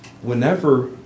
Whenever